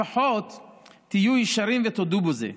לפחות תהיו ישרים ותודו בזה.